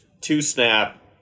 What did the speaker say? two-snap